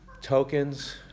tokens